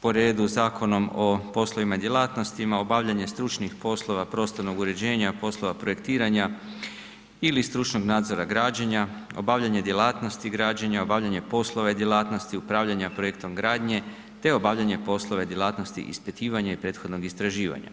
po redu, Zakonom o poslovima i djelatnostima obavljanje stručnih poslova prostornog uređenja, poslova projektiranja ili stručnog nadzora građenja, obavljanje djelatnosti građenja, obavljanje poslova i djelatnosti, upravljanje projektom gradnje te obavljanje poslova i djelatnosti ispitivanja i prethodnog istraživanja.